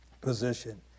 position